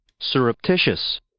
surreptitious